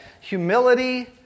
humility